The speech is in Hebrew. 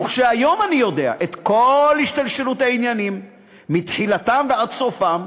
וכשהיום אני יודע את כל השתלשלות העניינים מתחילתם ועד סופם,